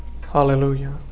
Hallelujah